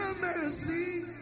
mercy